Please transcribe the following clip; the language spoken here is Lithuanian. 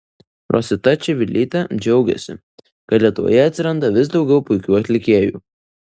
rosita čivilytė džiaugėsi kad lietuvoje atsiranda vis daugiau puikių atlikėjų